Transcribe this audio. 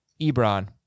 Ebron